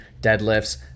deadlifts